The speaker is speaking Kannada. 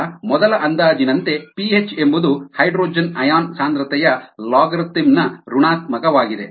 ಈಗ ಮೊದಲ ಅಂದಾಜಿನಂತೆ ಪಿಎಚ್ ಎಂಬುದು ಹೈಡ್ರೋಜನ್ ಅಯಾನ್ ಸಾಂದ್ರತೆಯ ಲಾಗರಿಥಮ್ ನ ಋಣಾತ್ಮಕವಾಗಿದೆ